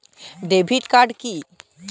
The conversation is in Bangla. ডেবিট কার্ড কি?